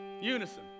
Unison